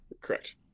Correct